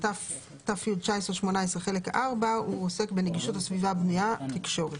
"ת"י 1918 חלק 4" ת"י 1918 חלק 4 נגישות הסביבה הבנויה: תקשורת.